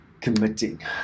Committing